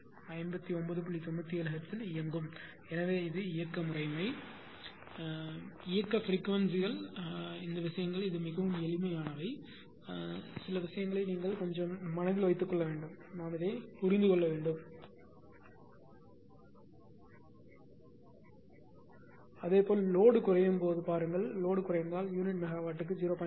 97 ஹெர்ட்ஸில் இயங்கும் எனவே அது இயக்க முறைமை இயக்க பிரிக்வன்சிகள் விஷயங்கள் மிகவும் எளிமையானவை சில விஷயங்களை நீங்கள் கொஞ்சம் கொஞ்சமாக மனதில் வைத்துக்கொள்ள வேண்டும் நாம் புரிந்து கொள்ள வேண்டும் அதேபோல் லோடு குறையும் போது பாருங்கள் லோடு குறைந்தால் யூனிட் மெகாவாட்டுக்கு 0